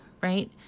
right